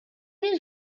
his